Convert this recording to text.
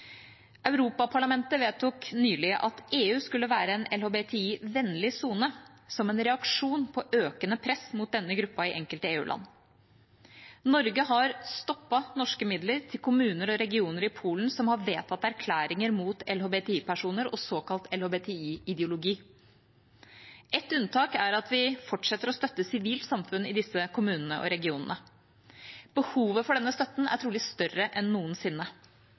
Europaparlamentet vedtok nylig at EU skulle være en LHBTI-vennlig sone som en reaksjon på økende press mot denne gruppen i enkelte EU-land. Norge har stoppet norske midler til kommuner og regioner i Polen som har vedtatt erklæringer mot LHBTI-personer og såkalt LHBTI-ideologi. Et unntak er at vi fortsetter å støtte sivilt samfunn i disse kommunene og regionene. Behovet for denne støtten er trolig større enn noensinne.